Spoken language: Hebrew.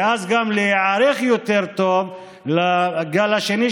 ואז גם נוכל להיערך יותר טוב לגל השני,